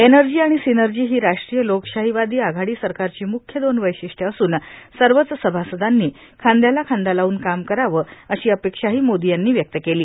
energy आणि synergy ही राष्ट्रीय लोकशाहीवादी आघाडी सरकारची मुख्य दोन वैशिष्ट्ये असून सर्वच सभासदांनी खांद्याला खांदा लावून काम करावं अशी अपेक्षाही मोदी यांनी व्यक्त केली